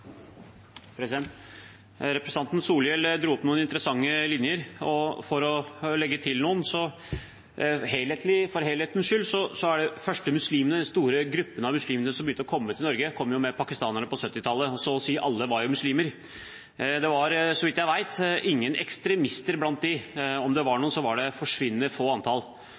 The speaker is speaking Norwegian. Representanten Solhjell dro opp noen interessante linjer, og jeg vil legge til noen for helhetens skyld. De første store gruppene med muslimer som kom til Norge, var pakistanerne på 1970-tallet, og så å si alle var muslimer. Det var, så vidt jeg vet, ingen ekstremister blant dem, og om det var noen, var de forsvinnende få i antall.